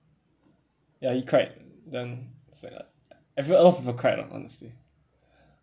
ya he cried then sad ah everyone a lot of people cried lah honestly